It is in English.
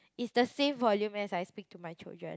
is the same volume as I speak to my children